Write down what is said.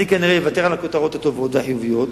אני כנראה אוותר על הכותרות הטובות והחיוביות.